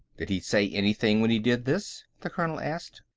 did he say anything when he did this? the colonel asked.